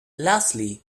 lastly